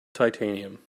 titanium